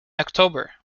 october